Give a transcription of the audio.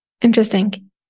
Interesting